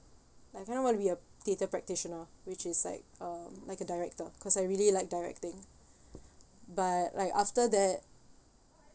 I kind of want to be a theatre practitioner which is like um like a director cause I really like directing but like after that